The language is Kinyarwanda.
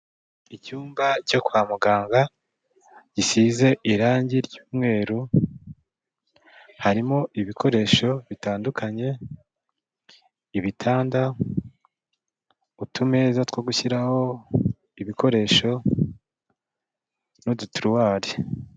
Icyumba cyo kwa muganga, gisize irangi ry'umweru, harimo ibikoresho bitandukanye, ibitanda, utumeza two gushyiraho ibikoresho n'udutiriwari.